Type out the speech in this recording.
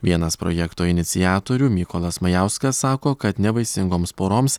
vienas projekto iniciatorių mykolas majauskas sako kad nevaisingoms poroms